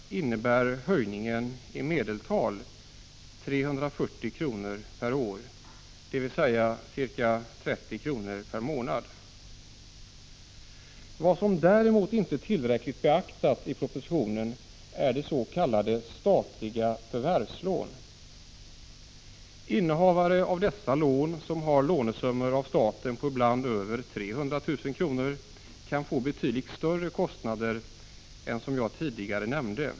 Vad som däremot inte tillräckligt beaktats i propositionen är de s.k. statliga förvärvslånen. Innehavare av dessa lån, som har lånesummor på ibland över 300 000 kr., kan få betydligt större kostnader än som jag tidigare nämnde.